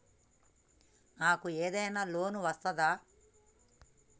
నాకు ఏదైనా లోన్ వస్తదా?